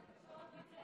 בתקשורת,